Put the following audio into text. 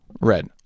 red